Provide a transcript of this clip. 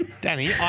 Danny